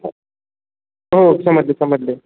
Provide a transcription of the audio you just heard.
हो समजले समजले